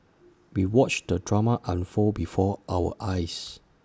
we watched the drama unfold before our eyes